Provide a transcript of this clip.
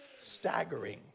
staggering